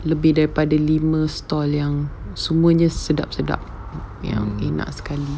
lebih daripada lima stall yang semuanya sedap-sedap yang enak sekali